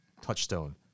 touchstone